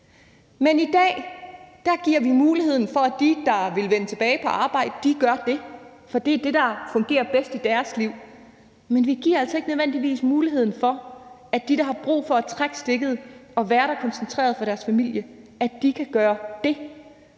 at vi giver muligheden for, at dem, der vil vende tilbage på arbejde, kan gøre det, fordi det er det, der fungerer bedst i deres liv, men vi giver altså ikke nødvendigvis muligheden for, at dem, der har brug for at trække stikket og være der koncentreret for deres familie, kan gøre det.